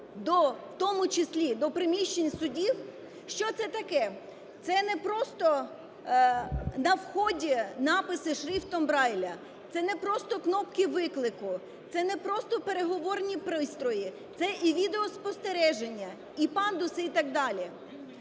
у тому числі до приміщень судів. Що це таке? Це не просто на вході написи шрифтом Брайля, це не просто кнопки виклики, це не просто переговорні пристрої, це і відеоспостереження, і пандуси, і так далі.